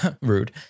Rude